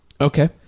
Okay